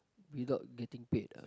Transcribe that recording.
without getting paid